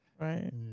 Right